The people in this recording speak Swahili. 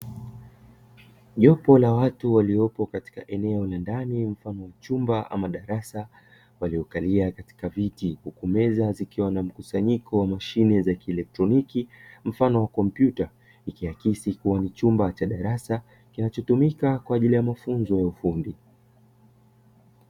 Jopo la watu waliopo katika eneo la ndani mfano wa chumba ama darasa waliokalia katika viti, huku meza zikiwa na mkusanyiko wa mashine za kielektroniki mfano wa kompyuta, ikiakisi kuwa ni chumba cha darasa kinachotumika kwa ajili ya mafunzo ya ufundi.